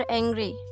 angry